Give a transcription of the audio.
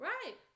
Right